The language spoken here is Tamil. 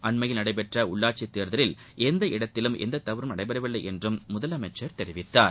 அண்மையில் நடைபெற்ற உள்ளாட்சித் தேர்தலில் எந்த இடத்திலும் எந்த தவறும் நடைபெறவில்லை என்றும் முதலமைச்சர் தெரிவித்தார்